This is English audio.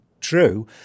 true